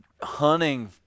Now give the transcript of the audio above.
hunting